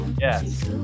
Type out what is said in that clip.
Yes